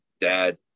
dad